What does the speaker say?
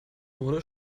wurde